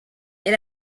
est